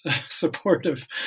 supportive